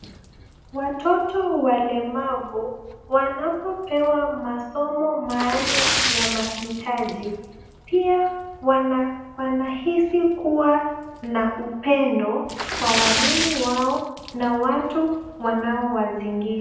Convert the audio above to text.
Watoto walemavu wanapopewa masomo maalum ya mahitaji, pia wanahisi kuwa na upendo kwa walimu wao na watu wanaowazingira.